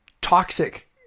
toxic